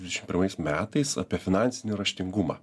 dvidešim pirmais metais apie finansinį raštingumą